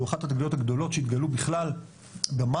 הוא אחת התגליות הגדולות שהתגלו בכלל במים,